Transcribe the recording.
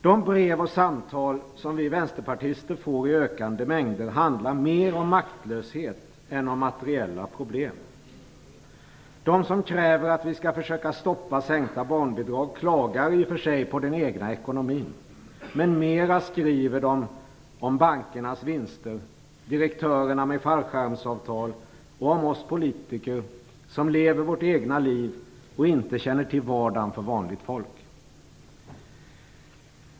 De brev och samtal som vi vänsterpartister får i ökande mängder handlar mer om maktlöshet än om materiella problem. De som kräver att vi skall försöka stoppa sänkningen av barnbidrag klagar i och för sig på den egna ekonomin, men de skriver mer om bankernas vinster, direktörerna med fallskärmsavtal och om oss politiker som lever våra egna liv och inte känner till vardagen för vanligt folk.